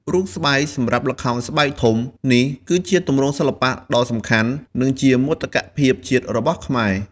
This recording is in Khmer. រូបស្បែកសម្រាប់ល្ខោនស្បែកធំ នេះគឺជាទម្រង់សិល្បៈដ៏សំខាន់ និងជាមោទកភាពជាតិរបស់ខ្មែរ។